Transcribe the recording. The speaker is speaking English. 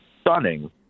stunning